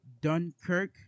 Dunkirk